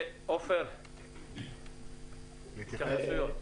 עופר, בבקשה.